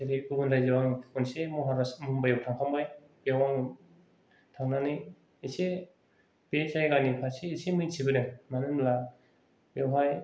जेरै गुबुन रायजोआव आङो खनसे महाराष्ट्र मुम्बाइयाव थांखांबाय बे आं थांनानै एसे बे जायगानि फारसे एसे मिथि बोदों मानो होनब्ला बेवहाय